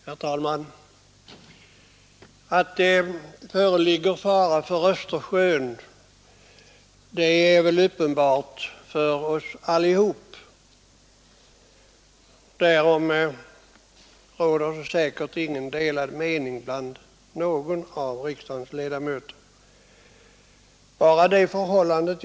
Herr talman! Att det föreligger stor fara för Östersjön är väl uppenbart för oss alla. Där har säkert ingen av riksdagens ledamöter en annan mening.